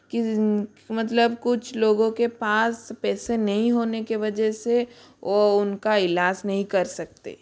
कि मतलब कुछ लोगों के पास पैसे नहीं होने की वजेह से ओ उनका इलाज़ नहीं कर सकते